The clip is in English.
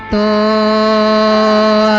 o